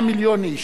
בכל המזרח התיכון,